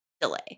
delay